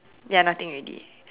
ya nothing already